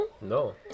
No